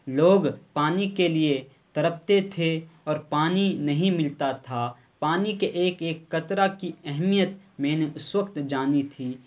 لوگ پانی کے لیے تڑپتے تھے اور پانی نہیں ملتا تھا پانی کے ایک ایک قطرہ کی اہمیت میں نے اس وقت جانی تھی